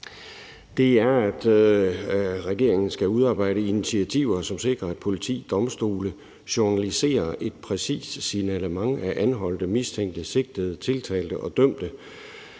ting er, at regeringen skal udarbejde initiativer, som sikrer, at politi og domstole journaliserer et præcist signalement af anholdte, mistænkte, sigtede, tiltalte og dømte.